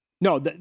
No